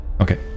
Okay